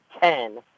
ten